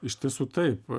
iš tiesų taip